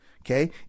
Okay